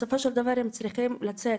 בסופו של דבר הם צריכים לצאת.